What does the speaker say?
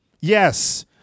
Yes